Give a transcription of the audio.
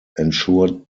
ensured